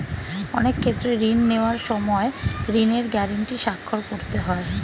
অনেক ক্ষেত্রে ঋণ নেওয়ার সময় ঋণের গ্যারান্টি স্বাক্ষর করতে হয়